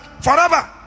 forever